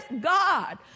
God